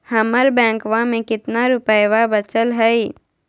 हमर बैंकवा में कितना रूपयवा बचल हई?